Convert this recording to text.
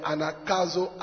Anakazo